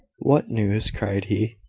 what news? cried he.